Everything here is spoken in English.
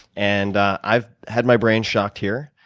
and i've had my brain shocked here.